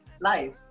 life